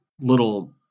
little